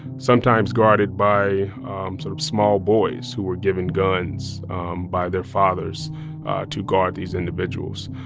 sometimes guarded by sort of small boys who were given guns by their fathers to guard these individuals.